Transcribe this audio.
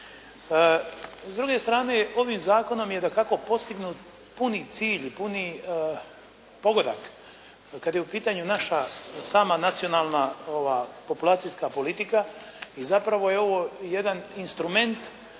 S druge strane ovim zakonom je dakako postignut puni cilj, puni pogodak kad je u pitanju naša sama nacionalna populacijska politika i zapravo je ovo jedan instrument,